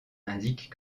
indiquent